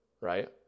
Right